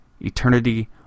eternity